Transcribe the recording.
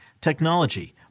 technology